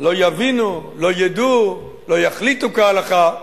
לא יבינו, לא ידעו, לא יחליטו כהלכה.